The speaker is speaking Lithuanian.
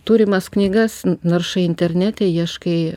turimas knygas naršai internete ieškai